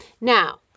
Now